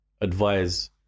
advise